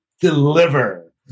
deliver